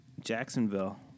Jacksonville